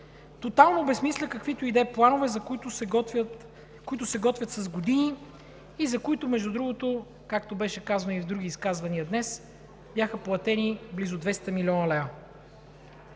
тотално обезсмисля каквито и да е планове, които се готвят с години и за които, както беше казано в други изказвания днес, бяха платени близо 200 млн. лв.